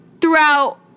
throughout